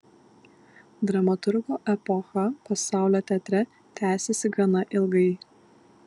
dramaturgo epocha pasaulio teatre tęsėsi gana ilgai